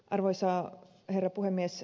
arvoisa herra puhemies